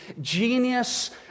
genius